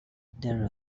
there